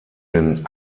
den